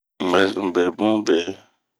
Unbɛ zunh be bun beeh.